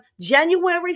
January